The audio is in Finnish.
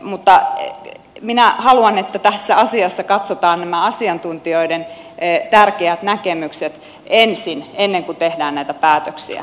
mutta minä haluan että tässä asiassa katsotaan nämä asiantuntijoiden tärkeät näkemykset ensin ennen kuin tehdään näitä päätöksiä